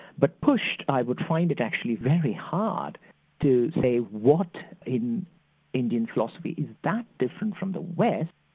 but pushed, i would find it actually very hard to say what in indian philosophy is that different from the west.